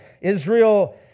Israel